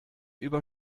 über